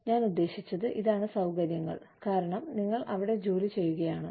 ഞാൻ ഉദ്ദേശിച്ചത് ഇതാണ് സൌകര്യങ്ങൾ കാരണം നിങ്ങൾ അവിടെ ജോലി ചെയ്യുക ആണ്